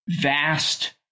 vast